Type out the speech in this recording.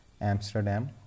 Amsterdam